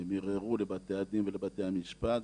הם ערערו לבתי הדין ולבתי המשפט,